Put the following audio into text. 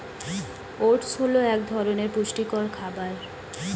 oats হল এক ধরনের পুষ্টিকর খাবার